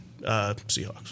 Seahawks